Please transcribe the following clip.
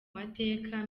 mateka